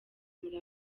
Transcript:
muri